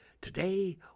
Today